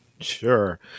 Sure